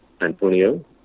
Antonio